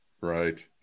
Right